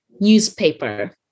newspaper